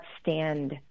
stand